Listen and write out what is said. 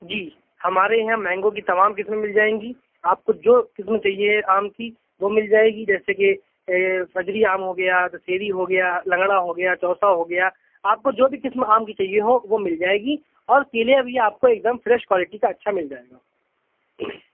جی ہمارے یہاں مینگو کی تمام قسمیں مل جائیں گی آپ کو جو قسم چاہیے آم کی وہ مل جائے گی جیسے کہ فجری آم ہوگیا دسہری ہوگیا لنگڑا ہوگیا چوسا ہوگیا آپ کو جو بھی قسم آم کی چاہیے ہو وہ مل جائے گی اور کیلے ابھی آپ کو ایک دم فریش کوالٹی کا اچھا مل جائے گا